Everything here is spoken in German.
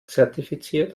zertifiziert